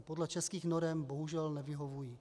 Podle českých norem bohužel nevyhovují.